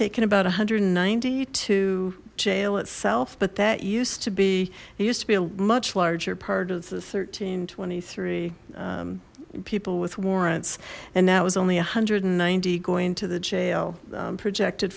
taken about a hundred and ninety to jail itself but that used to be it used to be a much larger part of the thirteen twenty three people with warrants and that was only a hundred and ninety going to the jail projected